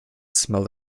smelt